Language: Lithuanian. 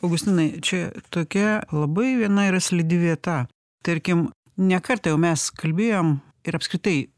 augustinai čia tokia labai viena yra slidi vieta tarkim ne kartą jau mes kalbėjom ir apskritai